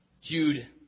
Jude